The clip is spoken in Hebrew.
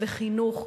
וחינוך,